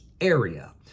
area